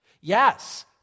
Yes